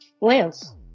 Lance